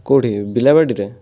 କେଉଁଠି ବିଲାବାଡ଼ିରେ